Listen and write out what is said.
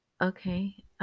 Okay